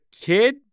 kid